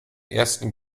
ersten